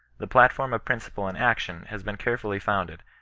the platform of principle and action has been carefully founded,